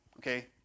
okay